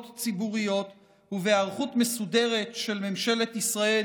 ציבוריות ובהיערכות מסודרת של ממשלת ישראל